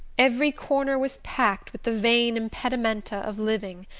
every corner was packed with the vain impedimenta of living,